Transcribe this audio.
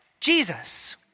Jesus